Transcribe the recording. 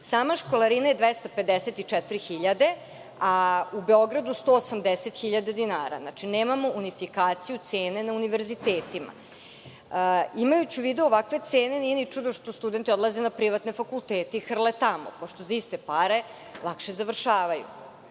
Sama školarina je 254.000 dinara, a u Beogradu 180.000 dinara. Znači, nemamo unifikaciju cena na univerzitetima. Imajući u vidu ovakve cene nije ni čudo što studenti odlaze na privatne fakultete i hrle tamo, pošto za iste pare lakše završavaju.